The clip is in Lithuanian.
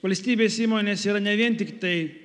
valstybės įmonės yra ne vien tiktai